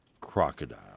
crocodile